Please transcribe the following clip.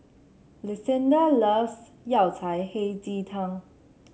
Lucinda loves Yao Cai Hei Ji Tang